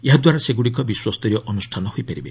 ଏହାଦ୍ୱାରା ସେଗୁଡ଼ିକ ବିଶ୍ୱସ୍ତରୀୟ ଅନୁଷ୍ଠାନ ହୋଇପାରିବ